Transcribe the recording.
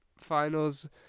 finals